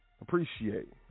Appreciate